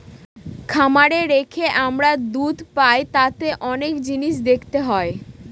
খামারে রেখে আমরা দুধ পাই তাতে অনেক জিনিস দেখতে হয়